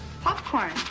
Popcorn